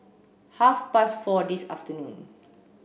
half past four this afternoon